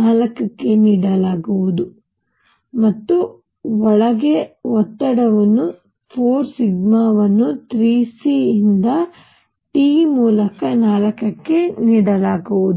4 ಕ್ಕೆ ನೀಡಲಾಗುವುದು ಮತ್ತು ಒಳಗೆ ಒತ್ತಡವನ್ನು 4 ಸಿಗ್ಮಾವನ್ನು 3 c ಇಂದ t ಮೂಲಕ 4 ಕ್ಕೆ ನೀಡಲಾಗುವುದು